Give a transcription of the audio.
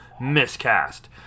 Miscast